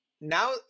now